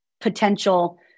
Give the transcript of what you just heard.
potential